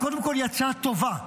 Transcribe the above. קודם כול, היא הצעה טובה,